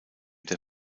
der